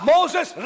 Moses